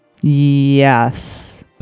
Yes